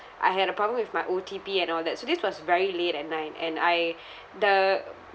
I had a problem with my O_T_P and all that so this was very late at night and I the